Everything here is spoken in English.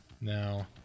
now